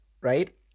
right